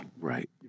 Right